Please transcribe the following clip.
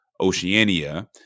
Oceania